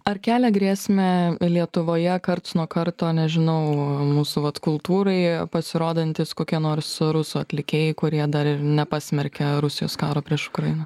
ar kelia grėsmę lietuvoje karts nuo karto nežinau mūsų vat kultūrai pasirodantys kokie nors rusų atlikėjai kurie dar ir nepasmerkia rusijos karo prieš ukrainą